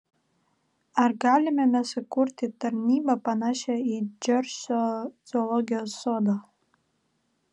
ar galime mes įkurti tarnybą panašią į džersio zoologijos sodą